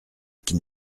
qui